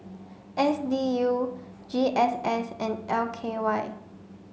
S D U G S S and L K Y